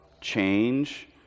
change